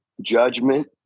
judgment